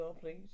please